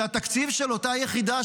שהתקציב של אותה יחידה,